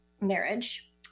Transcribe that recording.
marriage